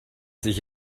sich